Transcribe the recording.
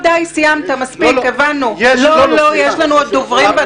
אתה סיימת יש לנו עוד דוברים.